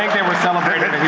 they were celebrating that he